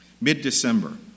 mid-December